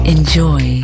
Enjoy